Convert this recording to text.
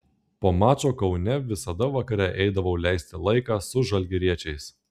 po mačo kaune visada vakare eidavau leisti laiką su žalgiriečiais